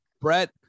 Brett